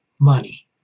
money